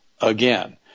again